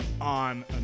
On